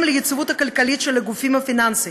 ליציבות הכלכלית של הגופים הפיננסיים,